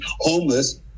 homeless